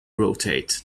rotate